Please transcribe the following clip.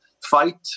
fight